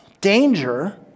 danger